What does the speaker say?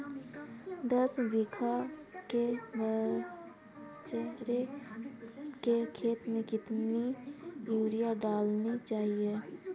दस बीघा के बाजरे के खेत में कितनी यूरिया डालनी चाहिए?